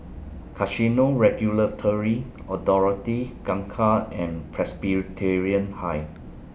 Casino Regulatory Authority Kangkar and Presbyterian High